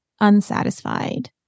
unsatisfied